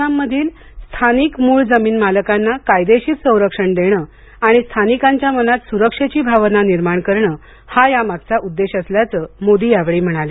आसाममधील स्थानिक मूळ जमीन मालकांना कायदेशीर संरक्षण देणे आणि स्थानिकांच्या मनात सुरक्षेची भावना निर्माण करणे हा या मागचा उद्देश असल्याचे मोदी यावेळी म्हणाले